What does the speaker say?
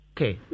Okay